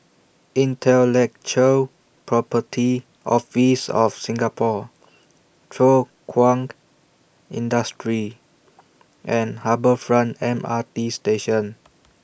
Intellectual Property Office of Singapore Thow Kwang Industry and Harbour Front M R T Station